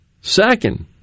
Second